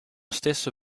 stesso